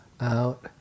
out